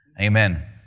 Amen